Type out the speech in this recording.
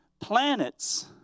planets